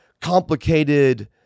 complicated